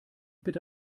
bitte